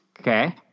Okay